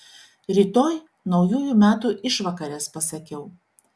rytoj naujųjų metų išvakarės pasakiau